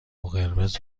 قرمز